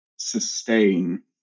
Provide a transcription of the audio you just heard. Sustain